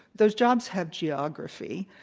those jobs have geography.